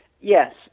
Yes